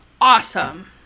awesome